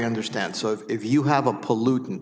understand so if you have a pollutant